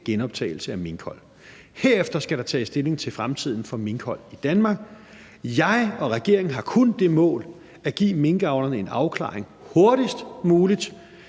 genoptagelse af minkhold. Herefter skal der tages stilling til fremtiden for minkhold i Danmark. Jeg og regeringen har kun det mål at give minkavlerne en afklaring hurtigst muligt,